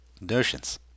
notions